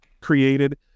created